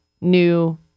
new